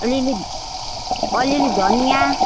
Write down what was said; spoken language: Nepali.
अलिअलि अलिअलि धनियाँ